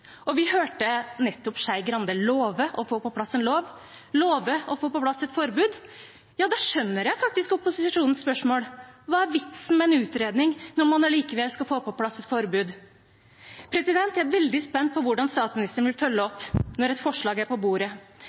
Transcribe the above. og vi hørte nettopp Skei Grande love å få på plass en lov, love å få på plass et forbud. Ja, da skjønner jeg faktisk opposisjonens spørsmål. Hva er vitsen med en utredning når man allikevel skal få på plass et forbud? Jeg er veldig spent på hvordan statsministeren vil følge opp når et forslag er på bordet.